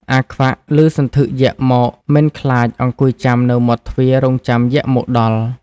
អាខ្វាក់ ឮសន្ធឹកយក្សមកមិនខ្លាចអង្គុយចាំនៅមាត់ទ្វាររងចាំយក្សមកដល់។